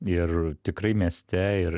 ir tikrai mieste ir